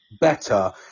better